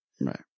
right